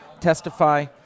testify